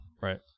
Right